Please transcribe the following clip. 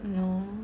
no